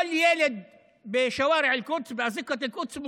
כל ילד (אומר בערבית: ברחובות ירושלים